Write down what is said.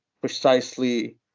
precisely